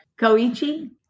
Koichi